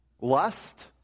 Lust